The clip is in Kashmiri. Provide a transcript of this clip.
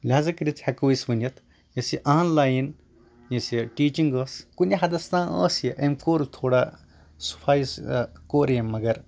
لِہاظا کٔرِتھ ہٮ۪کو أسۍ ؤنِتھ یۄس یہِ آن لاین یُس یہِ ٹیٖچِنٛگ أسۍ کُنہِ حدس تانۍ ٲسۍ یہِ أمۍ کوٚر تھوڑا سُفایو کوٚر أمۍ مَگر